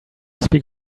speak